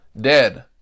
dead